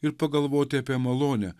ir pagalvoti apie malonę